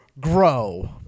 grow